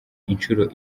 incuro